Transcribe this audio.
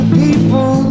people